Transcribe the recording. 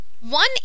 one